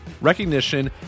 recognition